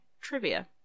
trivia